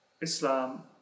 Islam